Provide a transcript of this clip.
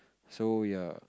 so ya